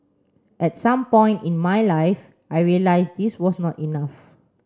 at some point in my life I realised this was not enough